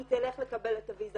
היא תלך לקבל את הוויזה,